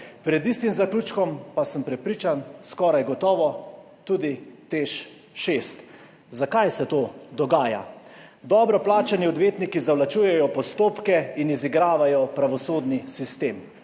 pred istim zaključkom pa sem prepričan, da je skoraj gotovo tudi Teš 6. Zakaj se to dogaja? Dobro plačani odvetniki zavlačujejo postopke in izigravajo pravosodni sistem.